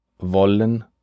wollen